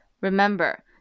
Remember